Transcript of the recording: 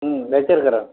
ம் வைச்சிருக்கிறேன்